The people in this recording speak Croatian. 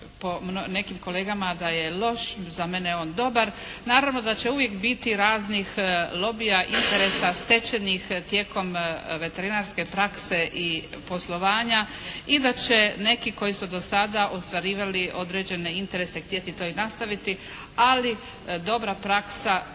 po nekim kolegama da je loš, za mene je on dobar. Naravno da će uvijek biti raznih lobija, interesa stečenih tijekom veterinarske prakse i poslovanja i da će neki koji su do sada ostvarivali određene interese htjeti to i nastaviti. Ali dobra praksa